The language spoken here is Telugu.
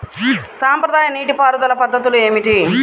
సాంప్రదాయ నీటి పారుదల పద్ధతులు ఏమిటి?